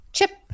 Chip